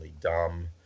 dumb